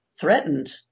threatened